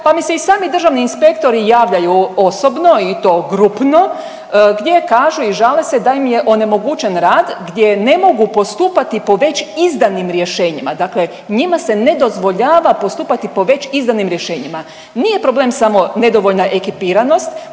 Pa mi se i sami državni inspektori javljaju osobno i to grupno gdje kažu i žale se da im je onemogućen rad gdje ne mogu postupati po već izdanim rješenjima. Dakle, njima se ne dozvoljava postupati po već izdanim rješenjima. Nije problem samo nedovoljna ekipiranost.